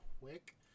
quick